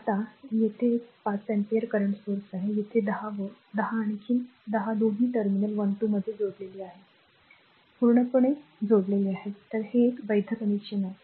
आता येथे एक 5 अँपिअर current स्त्रोत आहे तेथे 10 व्होल्टेज 10 आणखी 10 दोन्ही टर्मिनल 1 2 मध्ये जोडलेले आहेत पूर्णपणे हरकत नाही हे देखील एक वैध कनेक्शन आहे